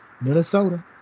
Minnesota